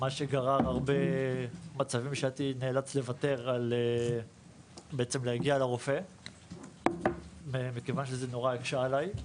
זה גרם לכך שהייתי נאלץ לוותר על להגיע לרופא מכיוון שזה מאוד הקשה עלי.